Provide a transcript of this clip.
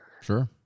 sure